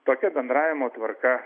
tokia bendravimo tvarka